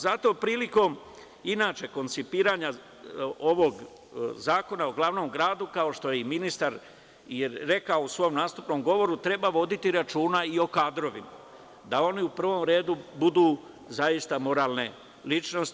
Zato, prilikom, inače koncipiranja ovog Zakona o glavnom gradu, kao što je i ministar rekao u svom nastupnom govoru, treba voditi računa i o kadrovima, da oni u prvom redu budu zaista moralne ličnosti.